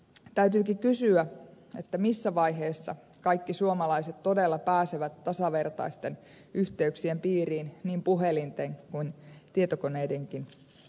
täytyykin kysyä missä vaiheessa kaikki suomalaiset todella pääsevät tasavertaisten yhteyksien piiriin niin puhelinten kuin tietokoneidenkin maailmassa